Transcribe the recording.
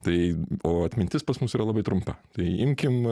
tai o atmintis pas mus yra labai trumpa tai imkim